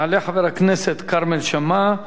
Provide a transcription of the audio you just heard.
יעלה חבר הכנסת כרמל שאמה,